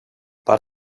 but